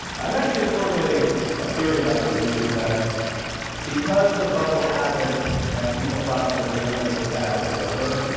i'm actually formulating a theory about this, which is that because the bubble happened and people thought that the internet was a fad that was over,